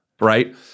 right